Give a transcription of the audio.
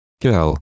Girl